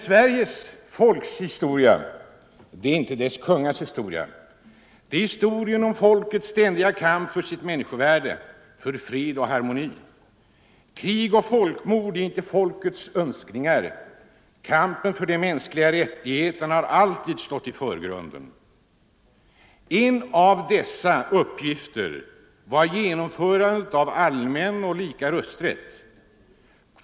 Sveriges folks historia är inte dess kungars historia. Det är historien om folkets ständiga kamp för sitt människovärde, fred och harmoni. Krig och folkmord är inte folkets önskningar. Kampen för de mänskliga rättigheterna har alltid stått i förgrunden. En av dessa uppgifter var genomförandet av allmän och lika rösträtt.